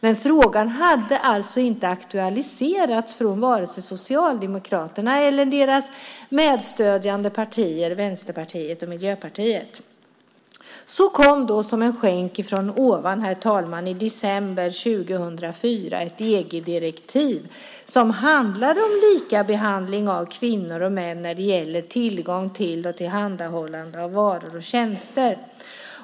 Men frågan hade alltså inte aktualiserats av vare sig Socialdemokraterna eller deras stödpartier, Vänsterpartiet och Miljöpartiet. Så kom då, som en skänk från ovan, herr talman, i december 2004 ett EG-direktiv som handlade om likabehandling av kvinnor och män när det gäller tillgång till och tillhandahållande av varor och tjänster.